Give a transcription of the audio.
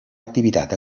activitat